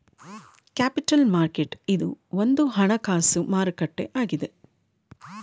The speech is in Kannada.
ಕ್ಯಾಪಿಟಲ್ ಮಾರ್ಕೆಟ್ ಇದು ಒಂದು ಹಣಕಾಸು ಮಾರುಕಟ್ಟೆ ಆಗಿದೆ